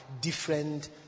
different